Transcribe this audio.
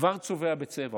כבר צובע בצבע.